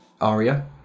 ARIA